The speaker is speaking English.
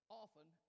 often